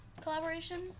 collaboration